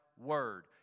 word